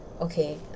okay